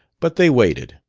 but they waited.